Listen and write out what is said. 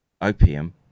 opium